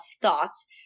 thoughts